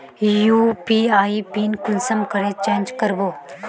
UPI PIN कुंसम करे change करबो?